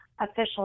official